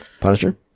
Punisher